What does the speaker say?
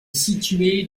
située